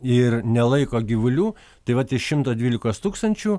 ir nelaiko gyvulių tai vat iš šimto dvylikos tūkstančių